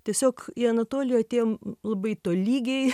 tiesiog į anatolijų atėjom labai tolygiai